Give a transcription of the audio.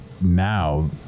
now